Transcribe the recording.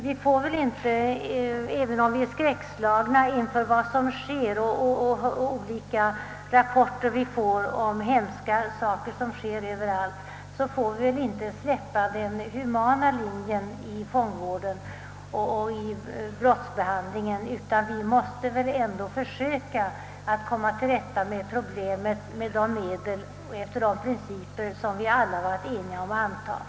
Vi får inte — även om vi står skräckslagna inför vad som sker och inför olika rapporter om förhållandena — avvika från den humana linjen i fångvården och i brottsbedömningen, utan vi måste försöka komma till rätta med problemen genom de medel och enligt de principer som vi i enighet bestämt oss för.